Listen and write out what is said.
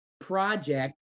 project